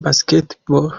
basketball